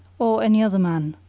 or any other man,